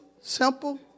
simple